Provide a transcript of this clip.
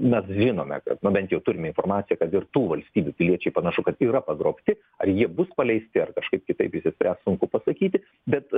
mes žinome kad na bent jau turime informaciją kad ir tų valstybių piliečiai panašu kad yra pagrobti ar jie bus paleisti ar kažkaip kitaip išsispręs sunku pasakyti bet